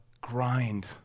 grind